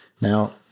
Now